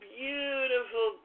beautiful